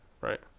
right